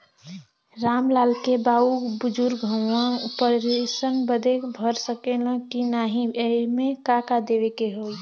राम लाल के बाऊ बुजुर्ग ह ऊ पेंशन बदे भर सके ले की नाही एमे का का देवे के होई?